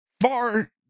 far